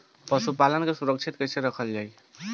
पशुपालन के सुरक्षित कैसे रखल जाई?